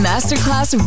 Masterclass